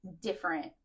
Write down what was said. different